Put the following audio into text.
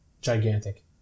gigantic